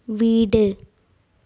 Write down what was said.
വീട്